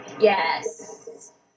yes